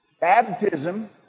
baptism